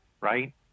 right